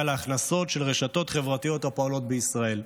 להכנסות של רשתות חברתיות הפועלות בישראל.